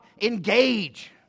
engage